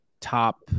top